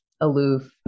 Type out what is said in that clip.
aloof